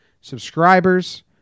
subscribers